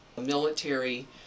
military